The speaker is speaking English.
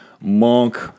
Monk